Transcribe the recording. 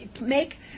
make